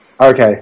Okay